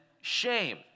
Shame